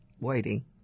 waiting